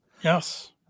Yes